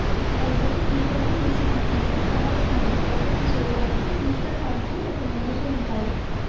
అయితే ఈ పోగు చేసిన మొత్తంతో క్రమబద్ధంగా వర్తకం చేయడానికి మ్యూచువల్ ఫండ్ కు ఒక మేనేజర్ ఉంటాడు